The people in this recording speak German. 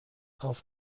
auf